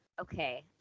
Okay